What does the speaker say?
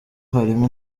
harimo